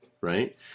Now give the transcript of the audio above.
right